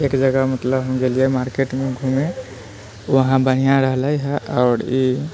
एक जगह मतलब हम गेलिए मार्केटमे घूमऽ वहाँ बढ़िआँ रहलैहऽ आओर ई